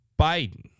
Biden